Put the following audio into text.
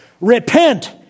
Repent